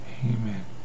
Amen